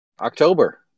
October